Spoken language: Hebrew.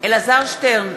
אלעזר שטרן,